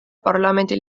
parlamendi